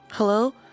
Hello